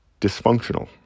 Dysfunctional